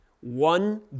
One